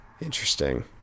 Interesting